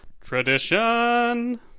Tradition